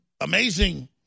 amazing